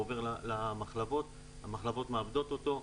הוא עובר למחלבות שמעבדות אותו.